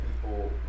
people